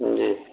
جی